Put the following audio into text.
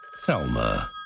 Thelma